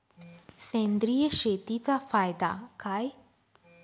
सेंद्रिय शेतीचा फायदा काय?